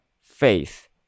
faith